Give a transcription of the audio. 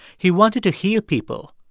he wanted to heal people,